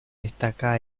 destaca